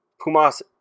Pumas